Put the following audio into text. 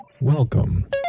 Welcome